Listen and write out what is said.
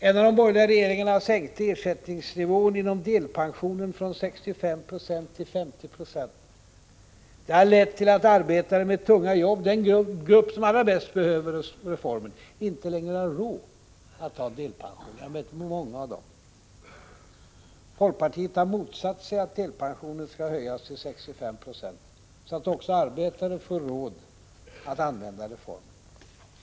En av de borgerliga regeringarna sänkte ersättningsnivån inom delpensionsförsäkringen från 65 till 50 96. Det har lett till att arbetare med tunga jobb, den grupp som allra bäst behöver reformen, inte längre har råd att ta delpension — jag har mött många av dem. Folkpartiet har motsatt sig att delpensionen skall höjas till 65 96, så att också arbetare får råd att använda reformen.